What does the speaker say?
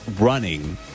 running